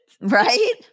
Right